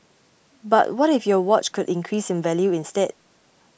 but what if your watch could increase in value instead